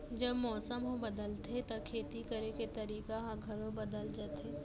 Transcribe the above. जब मौसम ह बदलथे त खेती करे के तरीका ह घलो बदल जथे?